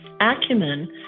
acumen